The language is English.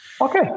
Okay